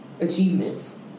achievements